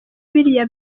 biriya